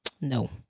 no